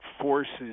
forces